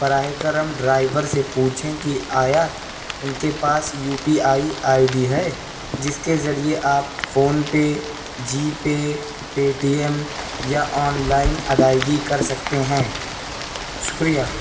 براہ کرم ڈرائیو سے پوچھیں کہ آیا ان کے پاس U P I I D ہے جس کے ذریعے آپ phone pay G pay Paytm یا آن لائن ادائیگی کر سکتے ہیں شکریہ